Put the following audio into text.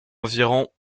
environ